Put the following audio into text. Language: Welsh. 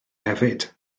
hefyd